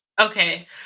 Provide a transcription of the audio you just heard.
okay